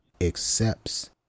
accepts